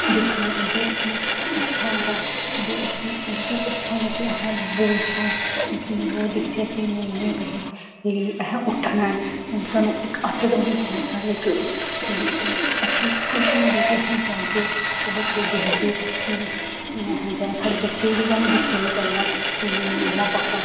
दिक्खने ओह् बी अच्छा होंदा कि एह् बी अच्छा होंदा कि असें बोलचै कि ओह् दिखचै कि नेईं नेईं एह् असें उट्ठना ऐ हून सानूं इक आदत बनी ऐ साढ़े इक मतलब कि अच्छी खुशी मिलै कि असें जाह्गे बच्चे दिखगे कि इ'यां असें जाना साढ़े बच्चे बी सानूं दिक्खियै एह् करङन कि नेईंं मम्मा पापा